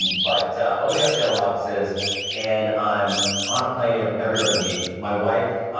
but opening up sales offices and i'm on a plane every every other week. my wife